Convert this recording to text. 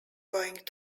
going